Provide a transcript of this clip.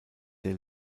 der